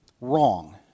wrong